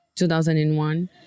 2001